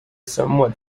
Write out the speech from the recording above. somewhat